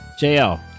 JL